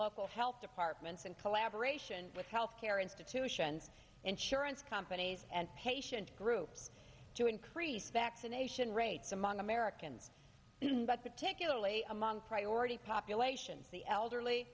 local health departments and collaboration with health care institutions insurance companies and patient groups to increase vaccination rates among americans but particularly among priority populations the elderly